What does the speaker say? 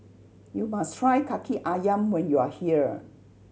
you must try Kaki Ayam when you are here